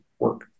work